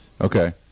Okay